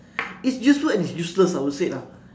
it's useful and it's useless I would say lah